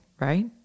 right